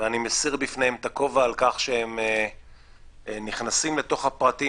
ואני מסיר בפניהם את הכובע על כך שהם נכנסים לתוך הפרטים